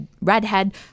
redhead